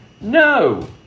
No